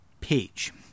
page